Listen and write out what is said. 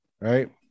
Right